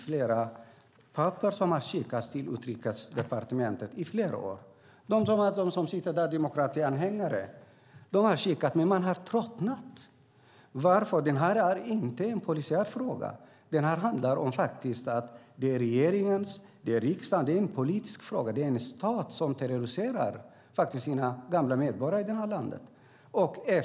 Flera papper har skickats till Utrikesdepartementet. Demokratianhängare har skickat dessa papper, men de har tröttnat. Detta är inte en polisiär fråga. Detta handlar faktiskt om att det är regeringens och riksdagens fråga eftersom det är en politisk fråga. Det handlar om en stat som terroriserar sina gamla medborgare.